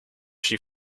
she